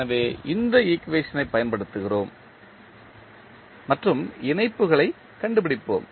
எனவே இந்த ஈக்குவேஷன் ப் பயன்படுத்துகிறோம் மற்றும் இணைப்புகளைக் கண்டுபிடிப்போம்